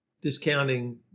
discounting